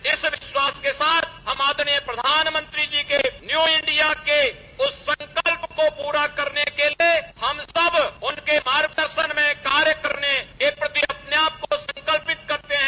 इस विश्वास के साथ आदरणीय प्रधानमंत्री जी के न्यू इंडिया के उस संकल्प को पूरा करने के लिए हम सब उनके मार्ग दर्शन में कार्य करने के प्रति अपने आपको संकल्पित करते है